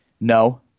No